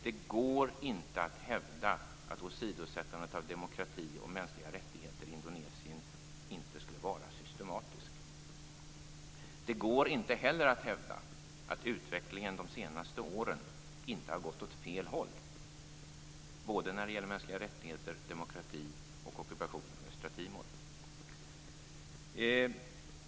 Det går inte att hävda att åsidosättandet av demokrati och mänskliga rättigheter i Indonesien inte skulle vara systematiskt. Det går inte heller att hävda att utvecklingen de senaste åren inte har gått åt fel håll när det gäller mänskliga rättigheter, demokrati och ockupationen av Östra Timor.